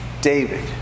David